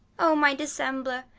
oh my dissembler,